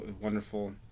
wonderful